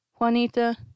juanita